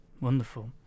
Wonderful